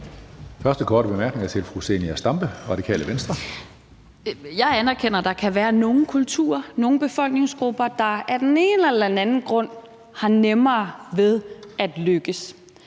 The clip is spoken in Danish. første korte bemærkning er til fru Zenia Stampe, Radikale Venstre. Kl. 17:53 Zenia Stampe (RV): Jeg anerkender, at der kan være nogle kulturer, nogle befolkningsgrupper, der af den ene eller den anden grund har nemmere ved at lykkes